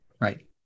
Right